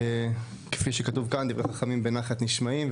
שכפי שכתוב כאן: ״דברי חכמים בנחת נשמעים״.